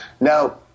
Now